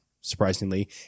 surprisingly